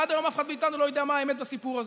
ועד היום אף אחד מאיתנו לא יודע מה האמת בסיפור הזה.